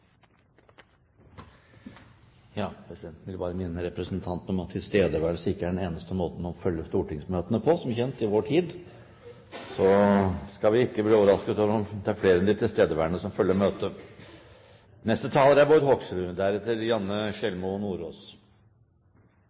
Presidenten vil bare minne representanten om at tilstedeværelse ikke er den eneste måten å følge stortingsmøtene på i vår tid. Vi skal ikke bli overrasket over om det er flere enn de tilstedeværende som følger møtet.